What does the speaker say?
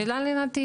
זו שאלה לנתיב.